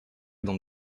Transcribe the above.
dans